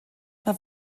mae